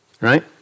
Right